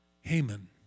Haman